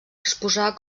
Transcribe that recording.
exposar